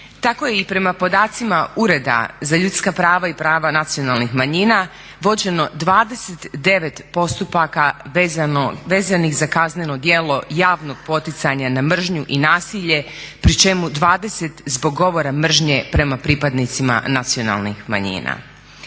Tako je i prema podacima Ureda za ljudska prava i prava nacionalnih manjina vođeno 29 postupaka vezanih za kazneno djelo javnog poticanja na mržnju i nasilje, pri čemu 20 zbog govora mržnje prema pripadnicima nacionalnih manjina.